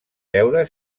veure